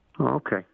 Okay